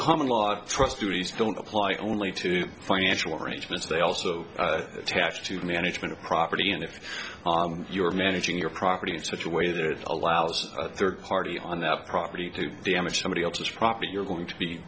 common lot of trustees don't apply only to financial arrangements they also attached to the management of property and if you are managing your property in such a way that allows a third party on that property to damage somebody else's property you're going to be